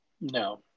No